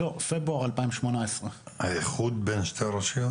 לא, פברואר 2018. האיחוד בין שתי הרשויות?